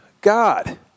God